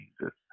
Jesus